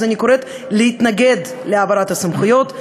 אז אני קוראת להתנגד להעברת הסמכויות,